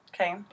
Okay